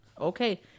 Okay